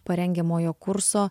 parengiamojo kurso